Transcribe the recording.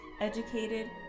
educated